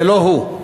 זה לא הוא.